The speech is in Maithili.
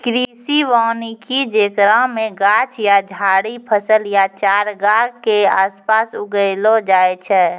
कृषि वानिकी जेकरा मे गाछ या झाड़ि फसल या चारगाह के आसपास उगैलो जाय छै